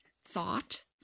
thought